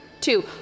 Two